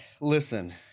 Listen –